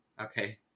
Okay